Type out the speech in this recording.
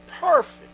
perfect